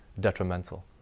detrimental